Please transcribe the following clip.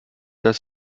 dass